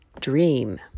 dream